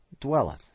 dwelleth